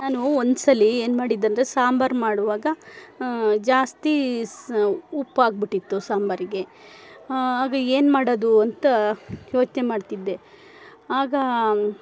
ನಾನು ಒಂದ್ಸಲಿ ಏನ್ಮಾಡಿದ್ದೆ ಅಂದರೆ ಸಾಂಬಾರು ಮಾಡುವಾಗ ಜಾಸ್ತಿ ಸಾ ಉಪ್ಪಾಗಿಬಿಟ್ಟಿತು ಸಾಂಬಾರಿಗೆ ಆಗ ಏನ್ಮಾಡೋದು ಅಂತ ಯೋಚನೆ ಮಾಡ್ತಿದ್ದೆ ಆಗ